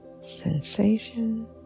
sensation